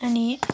अनि